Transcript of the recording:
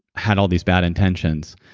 had all these bad intentions,